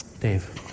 Dave